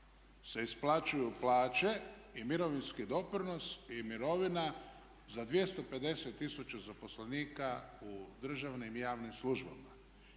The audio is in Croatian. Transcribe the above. se isplaćuju plaće i mirovinski doprinos i mirovina za 250 tisuća zaposlenika u državnim i javnim službama.